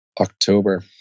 October